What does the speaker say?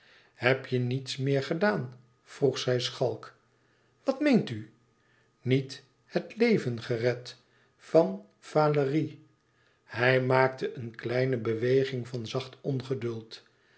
heb je niets meer gedaan vroeg zij schalk wat meent u niet het leven gered van valérie hij maakte een kleine beweging van zacht